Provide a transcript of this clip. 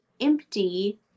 empty